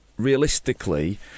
realistically